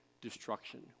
destruction